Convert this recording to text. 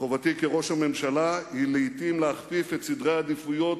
חובתי כראש הממשלה היא לעתים להכפיף את סדרי העדיפויות,